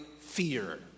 fear